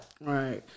Right